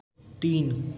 तीन